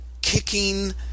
kicking